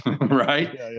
Right